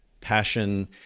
passion